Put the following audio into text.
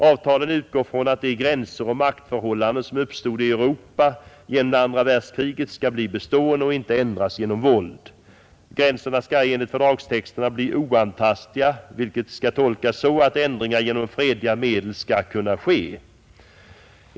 Avtalen utgår från att de gränser och maktförhållanden som uppstod i Europa genom det andra världskriget skall bli bestående och inte ändras genom våld. Gränserna - skall enligt fördragstexterna bli ”oantastliga”, vilket skall tolkas så, att ändringar genom fredliga medel skall kunna ske.